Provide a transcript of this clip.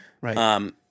Right